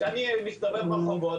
אני מסתובב ברחובות,